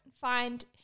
find